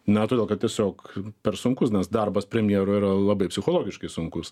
na todėl kad tiesiog per sunkus nes darbas premjero yra labai psichologiškai sunkus